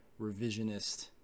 revisionist